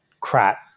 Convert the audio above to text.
crap